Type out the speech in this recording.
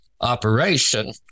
operation